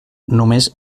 només